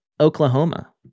Oklahoma